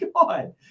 God